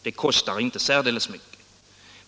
Det kostar inte särdeles mycket.